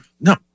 no